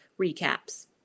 recaps